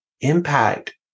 impact